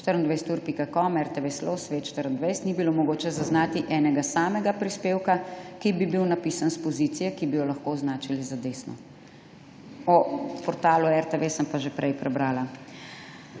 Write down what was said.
24ur.com, RTV SLO, Svet24, ni bilo mogoče zaznati enega samega prispevka, ki bi bil napisan s pozicije, ki bi jo lahko označili za desno.« O portalu RTV sem pa že prej prebrala.